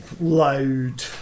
loud